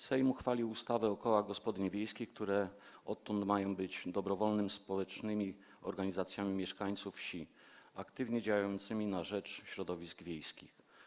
Sejm uchwalił ustawę o kołach gospodyń wiejskich, które odtąd mają być dobrowolnymi społecznymi organizacjami mieszkańców wsi, aktywnie działającymi na rzecz środowisk wiejskich.